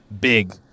Big